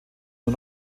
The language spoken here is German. nur